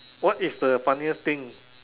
what is the funniest thing